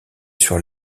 sur